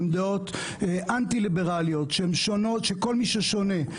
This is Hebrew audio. כל סיעה תקבל ייצוג.